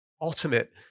ultimate